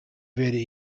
werde